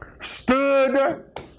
stood